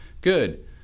Good